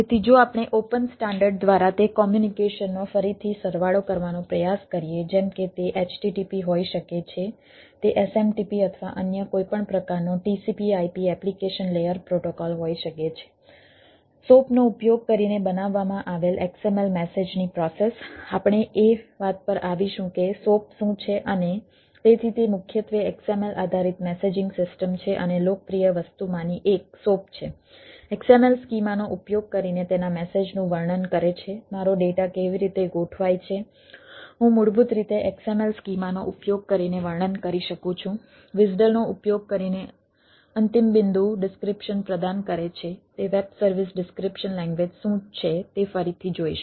તેથી જો આપણે ઓપન સ્ટાન્ડર્ડ દ્વારા તે કોમ્યુનિકેશન શું છે તે ફરીથી જોઈશું